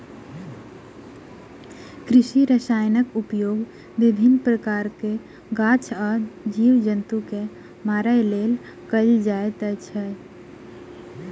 कृषि रसायनक उपयोग विभिन्न प्रकारक गाछ आ जीव जन्तु के मारय लेल कयल जाइत अछि